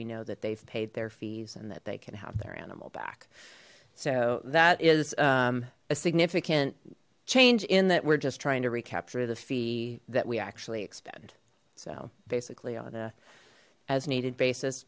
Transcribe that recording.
we know that they've paid their fees and that they can have their animal back so that is a significant change in that we're just trying to recapture the fee that we actually expend so basically on a as needed basis